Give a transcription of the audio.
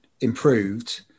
improved